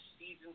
Season